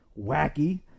wacky